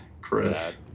Chris